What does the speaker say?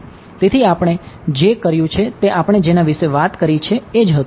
તેથી આપણે જે કર્યું છે તે આપણે જેના વિશે વાત કરી છે એ હતું